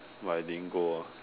but I didn't go ah